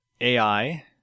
AI